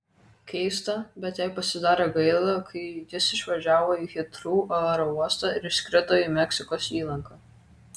keista bet jai pasidarė gaila kai jis išvažiavo į hitrou aerouostą ir išskrido į meksikos įlanką